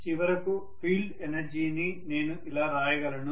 చివరకు ఫీల్డ్ ఎనర్జీని నేను ఇలా రాయగలను